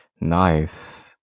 Nice